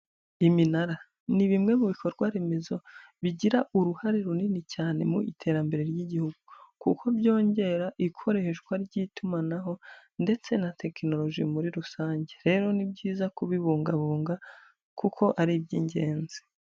Iminara ni bimwe mu bikorwaremezo bigira uruhare runini cyane mu iterambere ry'igihugu, kuko byongera ikoreshwa ry'itumanaho ndetse na tekinoloji muri rusange, rero ni byiza kubibungabunga kuko ari iby'ingenzi.